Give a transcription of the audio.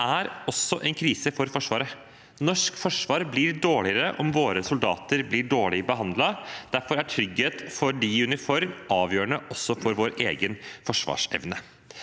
det er også en krise for Forsvaret. Norsk forsvar blir dårligere om våre soldater blir dårlig behandlet. Derfor er trygghet for dem i uniform avgjørende, også for vår egen forsvarsevne.